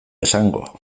esango